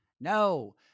No